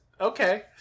okay